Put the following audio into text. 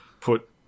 put